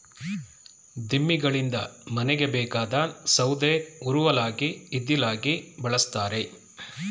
ದಿಮ್ಮಿಗಳಿಂದ ಮನೆಗೆ ಬೇಕಾದ ಸೌದೆ ಉರುವಲಾಗಿ ಇದ್ದಿಲಾಗಿ ಬಳ್ಸತ್ತರೆ